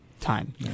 time